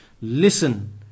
Listen